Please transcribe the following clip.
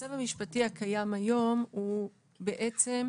המצב המשפטי הקיים כיום הוא בעצם,